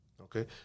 okay